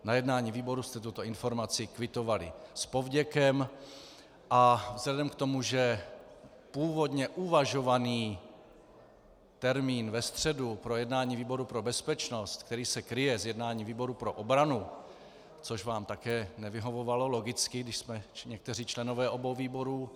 Na jednání výboru jste tuto informaci kvitovali s povděkem a vzhledem k tomu, že původně uvažovaný termín ve středu pro jednání výboru pro bezpečnost, který se kryje s jednáním výboru pro obranu, což vám také nevyhovovalo logicky, když jsme někteří členové obou výborů.